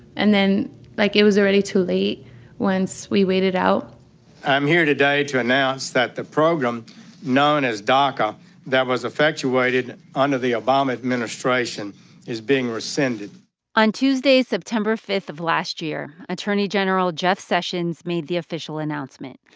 and then like it was already too late once we waited it out i'm here today to announce that the program known as daca that was effectuated under the obama administration is being rescinded on tuesday, september five of last year, attorney general jeff sessions made the official announcement.